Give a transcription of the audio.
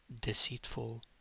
deceitful